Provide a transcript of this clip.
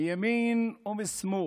מימין ומשמאל,